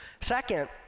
Second